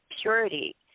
purity